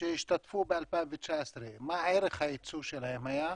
שהשתתפו ב-2019, מה ערך היצוא שלהם היה?